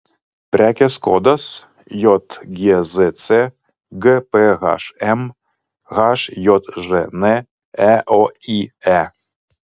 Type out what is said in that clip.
prekės kodas jgzc gphm hjžn eoye